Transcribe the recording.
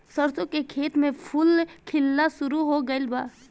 सरसों के खेत में फूल खिलना शुरू हो गइल बा